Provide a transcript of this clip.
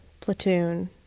Platoon